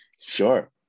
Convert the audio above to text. Sure